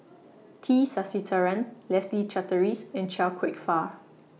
T Sasitharan Leslie Charteris and Chia Kwek Fah